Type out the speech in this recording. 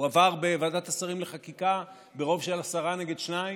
הוא עבר בוועדת השרים לחקיקה ברוב של עשרה נגד שניים.